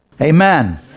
Amen